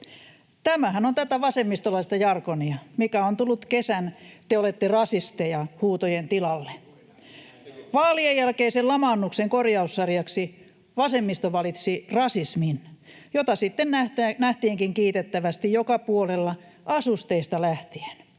Tämähän on tätä vasemmistolaista jargonia, mikä on tullut kesän ”te olette rasisteja” ‑huutojen tilalle. Vaalien jälkeisen lamaannuksen korjaussarjaksi vasemmisto valitsi rasismin, jota sitten nähtiinkin kiitettävästi joka puolella, asusteista lähtien.